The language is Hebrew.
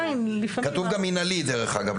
כתוב גם מינהלי, דרך אגב.